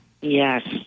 Yes